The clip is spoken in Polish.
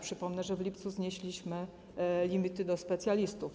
Przypomnę, że w lipcu znieśliśmy limity do specjalistów.